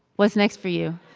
what's next for you?